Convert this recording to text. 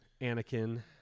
Anakin